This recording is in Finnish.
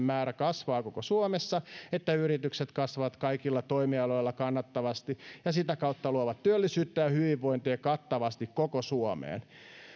määrä kasvaa koko suomessa että yritykset kasvavat kaikilla toimialoilla kannattavasti ja sitä kautta luovat työllisyyttä ja hyvinvointia kattavasti koko suomeen